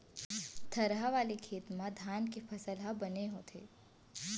थरहा वाले खेत म धान के फसल ह बने होथे